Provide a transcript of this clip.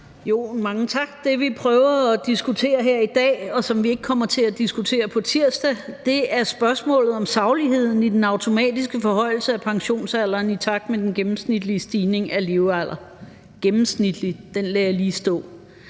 Mange tak. Det, vi prøver at diskutere her i dag, og som vi ikke kommer til at diskutere på tirsdag, er spørgsmålet om sagligheden i den automatiske forhøjelse af pensionsalderen i takt med den gennemsnitlige stigning i levealder – gennemsnitlige: Den lader jeg lige stå.